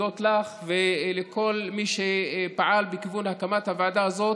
שהודות לך ולכל מי שפעל להקמת הוועדה הזאת